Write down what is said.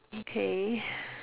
okay